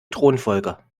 thronfolger